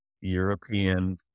European